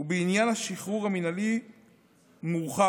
בעניין השחרור המינהלי מורחב,